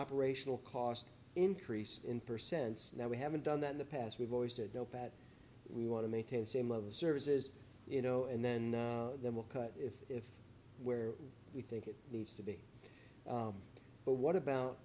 operational cost increase in percents that we haven't done that in the past we've always said no pat we want to maintain the same of services you know and then that will cut if if where we think it needs to be but what about